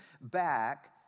back